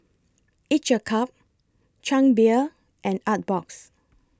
Each A Cup Chang Beer and Artbox